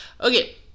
Okay